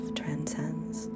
transcends